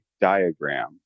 diagram